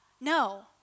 No